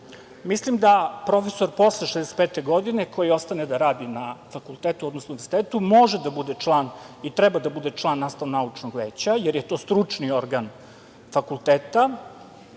Mislim da profesor posle 65. godine koji ostane da radi na fakultetu odnosno univerzitetu može i treba da bude član nastavno-naučnog veća, jer je to stručni organ fakulteta,